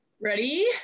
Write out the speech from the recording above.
Ready